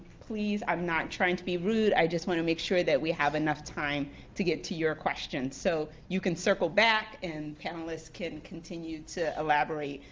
please, i'm not trying to be rude. i just wanna make sure we have enough time to get to your question so you can circle back and panelists can continue to elaborate,